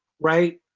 right